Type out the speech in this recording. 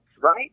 right